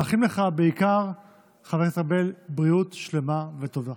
ומאחלים לך בעיקר בריאות שלמה וטובה.